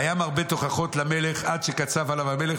והיה מרבה תוכחות למלך עד שקצף עליו המלך